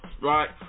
right